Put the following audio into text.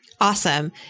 Awesome